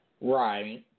Right